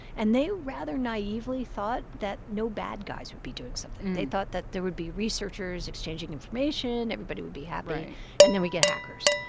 and they rather naively thought that no bad guys would be doing something. they thought that there would be researchers exchanging information. everybody would be happy right and then we get hackers.